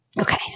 Okay